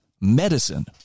medicine